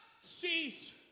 cease